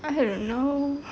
I don't know